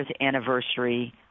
anniversary